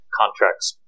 contracts